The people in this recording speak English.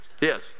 Yes